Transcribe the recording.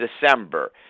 December